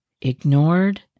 ignored